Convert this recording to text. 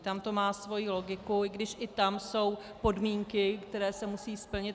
Tam to má svoji logiku, i když i tam jsou podmínky, které se musí splnit.